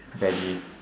veggies